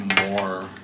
more